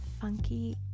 funky